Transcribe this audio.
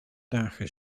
dagen